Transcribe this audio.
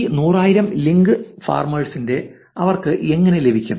ഈ നൂറായിരം ലിങ്ക് ഫാർമേഴ്സിനെ അവർക്ക് എങ്ങനെ ലഭിക്കും